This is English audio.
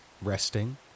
resting